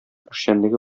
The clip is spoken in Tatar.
эшчәнлеге